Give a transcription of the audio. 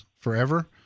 forever